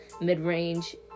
mid-range